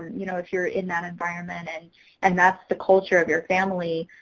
you know, if you're in that environment and and that's the culture of your family.